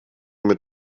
mit